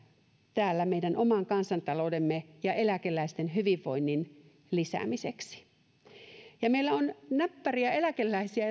täällä meidän oman kansantaloutemme ja eläkeläisten hyvinvoinnin lisäämiseksi meillä on näppäriä eläkeläisiä